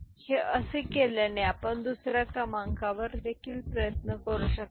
तर हे असे केल्याने आपण दुसर्या क्रमांकावर देखील प्रयत्न करू शकता